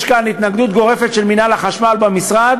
יש כאן התנגדות גורפת של מינהל החשמל במשרד,